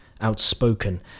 outspoken